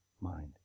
mind